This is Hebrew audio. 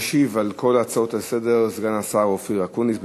ישיב על כל ההצעות לסדר סגן השר אופיר אקוניס,